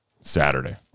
Saturday